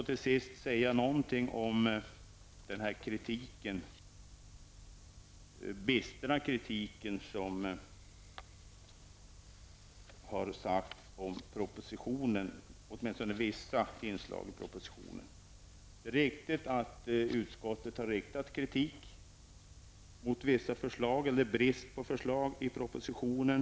Till sist vill jag kommentera den bistra kritik som riktats mot vissa inslag av propositionen. Det är riktigt att utskottet har riktat kritik mot vissa förslag -- eller brist på förslag -- i propositionen.